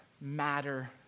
matter